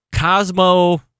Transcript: Cosmo